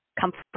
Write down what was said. comfort